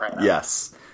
yes